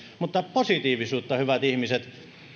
mutta positiivisuutta hyvät ihmiset